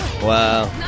Wow